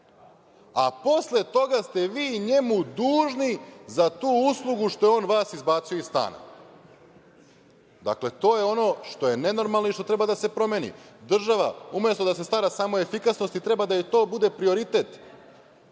a posle toga ste vi njemu dužni za tu uslugu što je on vas izbacio iz stana. Dakle, to je ono što je nenormalno i što treba da se promeni. Država umesto da se stara samo o efikasnosti, treba da joj to bude prioritet,